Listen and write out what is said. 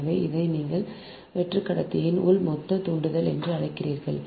எனவே இதை நீங்கள் வெற்று கடத்தியின் உள் மொத்த தூண்டல் என்று அழைக்கிறீர்கள்